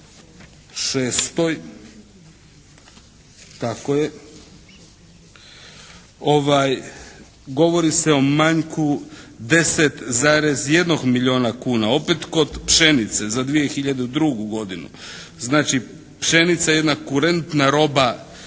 56., tako je, govori se o manjku 10,1 milijuna kuna, opet kod pšenice za 2002. godinu. Znači, pšenica je jedna kurentna roba